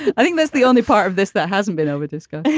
and i think that's the only part of this that hasn't been over this guy.